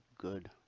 good